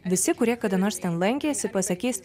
visi kurie kada nors ten lankėsi pasakys